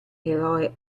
eroe